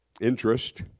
interest